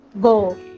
go